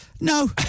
No